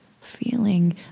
feeling